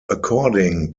according